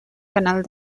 canal